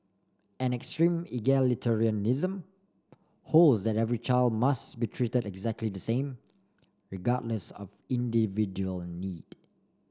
an extreme egalitarianism holds that every child must be treated exactly the same regardless of individual need